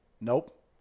nope